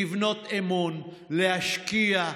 לבנות אמון, להשקיע.